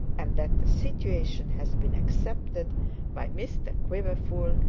and that the situation has been accepted by mr quiverful,